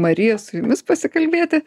marija su jumis pasikalbėti